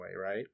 right